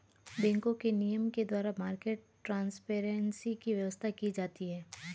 बैंकों के नियम के द्वारा मार्केट ट्रांसपेरेंसी की व्यवस्था की जाती है